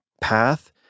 path